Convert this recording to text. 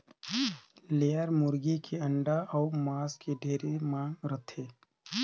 layer मुरगी के अंडा अउ मांस के ढेरे मांग रहथे